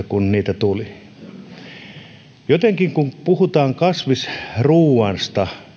kun sitä tuli jotenkin kun puhutaan kasvisruoasta